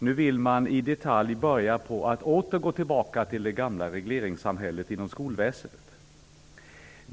Nu vill man i detalj återgå till det gamla regleringssystemet inom skolväsendet.